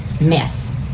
mess